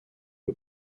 que